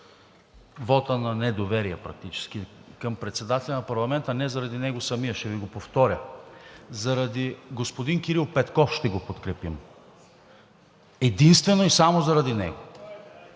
вота на недоверие към председателя на парламента и не заради него самия, и ще Ви го повторя – заради господин Кирил Петков ще го подкрепим, единствено и само заради него.